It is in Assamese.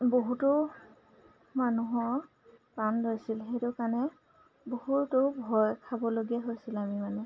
বহুতো মানুহৰ প্ৰাণ লৈছিল সেইটো কাৰণে বহুতো ভয় খাবলগীয়া হৈছিল আমি মানে